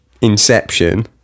Inception